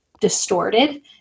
distorted